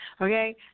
Okay